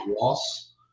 loss